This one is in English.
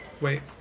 Wait